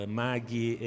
maghi